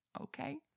Okay